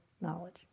knowledge